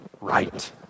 right